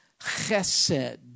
chesed